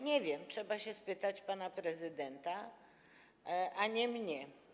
Nie wiem, trzeba się spytać pana prezydenta, a nie mnie.